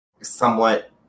somewhat